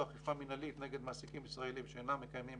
אכיפה מנהלית נגד מעסיקים ישראלים שאינם מקיימים